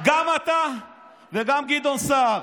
גם אתה וגם גדעון סער.